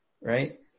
Right